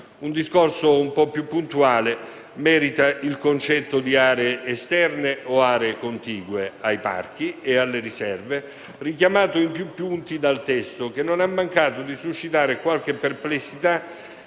Un discorso un po' più puntuale merita il concetto di «aree esterne» o «aree contigue» ai parchi e alle riserve, richiamato in più punti dal testo, che non ha mancato di suscitare qualche perplessità